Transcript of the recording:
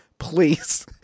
Please